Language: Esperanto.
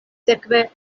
sekve